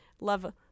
love